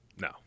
no